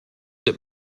that